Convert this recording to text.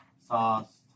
sauce